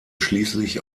schließlich